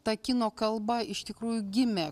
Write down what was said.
ta kino kalba iš tikrųjų gimė